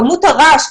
כמות הרעש,